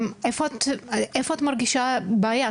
איפה את מרגישה בעיה?